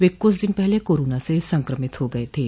वह कुछ दिन पहले कोरोना से संक्रमित हो गए थे